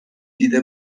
دیده